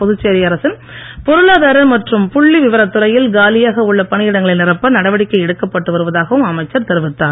புதுச்சேரி அரசின் பொருளாதார மற்றும் புள்ளி விவரத்துறையில் காலியாக உள்ள பணியிடங்களை நிரப்ப நடவடிக்கை எடுக்கப்பட்டு வருவதாகவும் அமைச்சர் தெரிவித்தார்